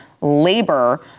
Labor